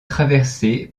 traversée